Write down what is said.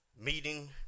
meeting